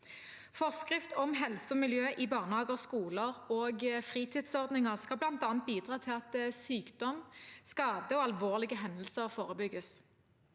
Forskrift om helse og miljø i barnehager, skoler og skolefritidsordninger skal bl.a. bidra til at sykdom, skade og alvorlige hendelser forebygges.